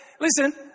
listen